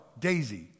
Daisy